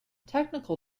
technical